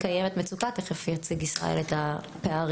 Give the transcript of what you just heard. קיימת מצוקה, תכף יציג ישראל את הפערים.